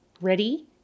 Ready